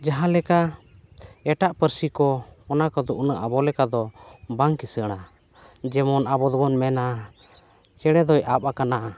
ᱡᱟᱦᱟᱸ ᱞᱮᱠᱟ ᱮᱴᱟᱜ ᱯᱟᱹᱨᱥᱤ ᱠᱚ ᱚᱱᱟ ᱠᱚ ᱫᱚ ᱩᱱᱟᱹᱜ ᱟᱵᱚ ᱞᱮᱠᱟ ᱫᱚ ᱵᱟᱝ ᱠᱤᱥᱟᱹᱬᱟ ᱡᱮᱢᱚᱱ ᱟᱵᱚ ᱫᱚᱵᱚᱱ ᱢᱮᱱᱟ ᱪᱮᱬᱮ ᱫᱚᱭ ᱟᱵ ᱟᱠᱟᱱᱟ